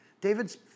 David's